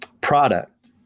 product